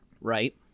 right